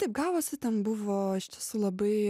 taip gavosi ten buvo iš tiesų labai